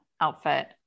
outfit